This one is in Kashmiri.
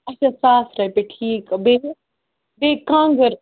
اچھا ساس رۄپیہِ ٹھیٖک بیٚیہِ بیٚیہِ کانٛگٕر